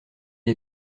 est